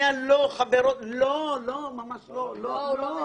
לא, ממש לא.